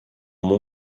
mon